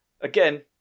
Again